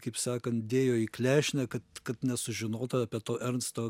kaip sakant dėjo į klešnę kad kad nesužinotų apie to ernsto